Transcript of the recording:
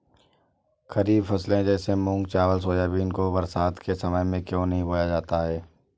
खरीफ फसले जैसे मूंग चावल सोयाबीन को बरसात के समय में क्यो बोया जाता है?